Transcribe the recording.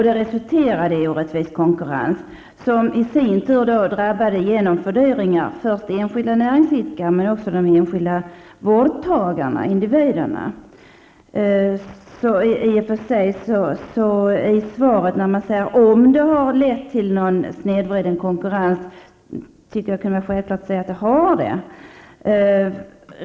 Det medförde i en orättvis konkurrens, som i sin tur drabbade genom fördyrningar först enskilda näringsidkare men sedan också de enskilda vårdtagarna, individerna. Man säger i svaret att man skall se om detta har lett till snedvriden konkurrens. Jag tycker att man självklart skulle kunna säga att så blev fallet.